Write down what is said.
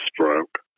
stroke